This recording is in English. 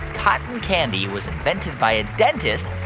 cotton candy was invented by a dentist,